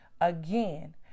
Again